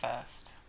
first